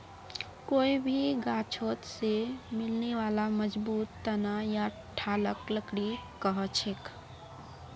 कोई भी गाछोत से मिलने बाला मजबूत तना या ठालक लकड़ी कहछेक